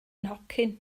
nhocyn